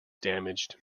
damaged